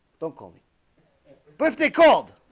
don't call me birthday called